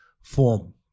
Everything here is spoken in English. form